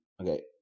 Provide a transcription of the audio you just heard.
Okay